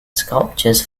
sculptors